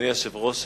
אדוני היושב-ראש,